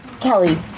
Kelly